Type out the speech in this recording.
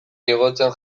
igotzen